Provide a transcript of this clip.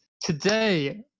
today